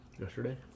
Yesterday